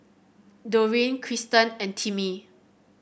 Doreen Krysten and Timmie